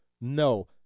no